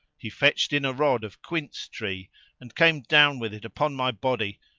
he fetched in a rod of quince tree and came down with it upon my body,